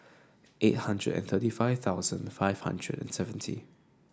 eight hundred and thirty five thousand five hundred seventy